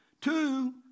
Two